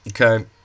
Okay